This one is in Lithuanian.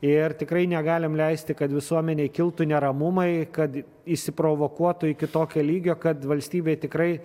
ir tikrai negalim leisti kad visuomenėj kiltų neramumai kad išsiprovokuotų iki tokio lygio kad valstybei tikrai